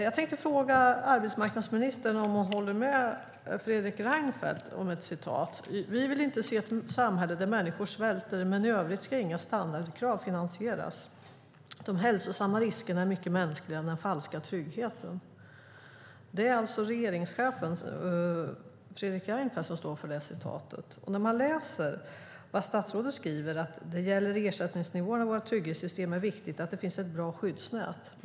Jag tänkte fråga arbetsmarknadsministern om hon håller med om det som Fredrik Reinfeldt har sagt. Han har sagt: Vi vill inte se ett samhälle där människor svälter, men i övrigt ska inga standardkrav finansieras. De hälsosamma riskerna är mycket mänskligare än den falska tryggheten. Det är alltså regeringschefen Fredrik Reinfeldt som har sagt detta. Statsrådet säger i sitt svar att när det gäller ersättningsnivåerna i våra trygghetssystem är det viktigt att det finns ett bra skyddsnät.